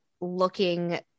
looking